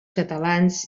catalans